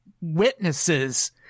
witnesses